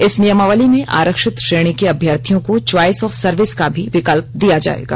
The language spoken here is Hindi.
इस नियमावली में आरक्षित श्रेणी के अभ्यर्थियों को च्वाइस ऑफ सर्विस का भी विकल्प दिया गया है